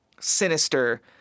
Sinister